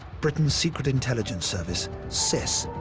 britain's secret intelligence service, sis,